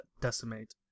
Decimate